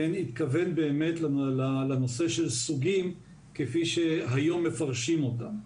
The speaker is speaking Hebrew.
התכוון באמת לנושא של סוגים כפי שהיום מפרשים אותם.